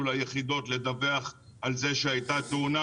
ליחידות לדווח על זה שהייתה תאונה,